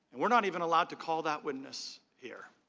and we are not ian allowed to call that witness here.